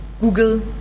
Google